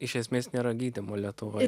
iš esmės nėra gydymo lietuvoj